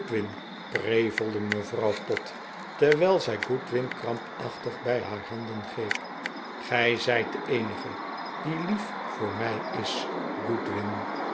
prevelde mevrouw pott terwijl zij goodwin krampachtig bij haar handen greep gij zijt de eenige die lief voor mij is